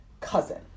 cousin